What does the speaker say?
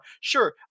Sure